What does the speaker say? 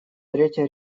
третья